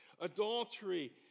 adultery